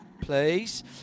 please